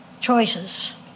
Choices